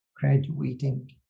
graduating